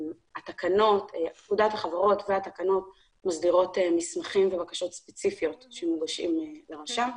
פקודת החברות והתקנות מסדירות מסמכים ובקשות ספציפיים שמוגשים לרשם.